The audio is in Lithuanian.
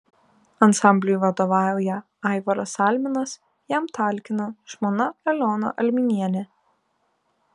ansambliui vadovauja aivaras alminas jam talkina žmona aliona alminienė